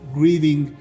grieving